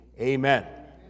amen